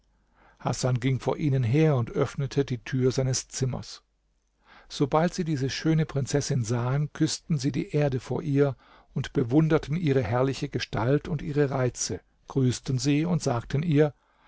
hasan ging vor ihnen her und öffnete die tür seines zimmers sobald sie diese schöne prinzessin sahen küßten sie die erde vor ihr und bewunderten ihre herrliche gestalt und ihre reize grüßten sie und sagten ihr